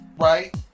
Right